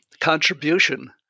contribution